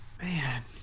man